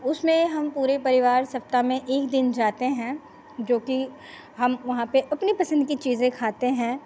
उसमें हम पूरे परिवार सप्ताह में एक दिन जाते हैं जो कि हम वहाँ पर अपनी पसंद की चीजें खाते हैं